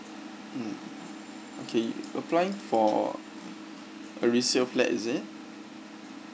mm okay applying for a resale flat is it